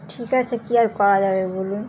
ঠিক আছে কী আর করা যাবে বলুন